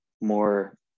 more